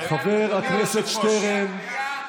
חברת הכנסת בן ארי,